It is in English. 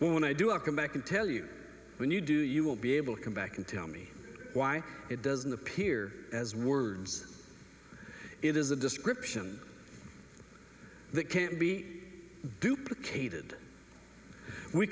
when i do i'll come back and tell you when you do you will be able come back and tell me why it doesn't appear as words it is a description that can't be duplicated we